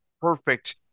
perfect